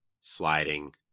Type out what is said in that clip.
sliding